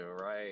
right